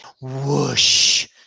Whoosh